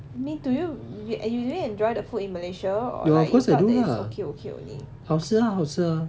I mean do you you are you really enjoy the food in malaysia or it's like okay okay only